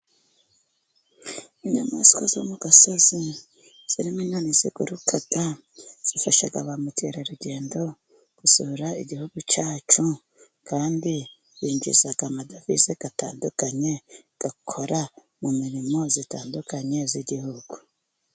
inyamaswa zo mu gasozi zirimo inyoni ziguruka zifasha ba mukerarugendo gusura igihugu cyacu kandi bininjiza amadovize atandukanye bakora mu mirimo itandukanye y'igihugu.